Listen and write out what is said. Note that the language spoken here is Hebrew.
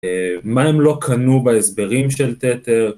מה הם לא קנו בהסברים של טטר